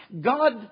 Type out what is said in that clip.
God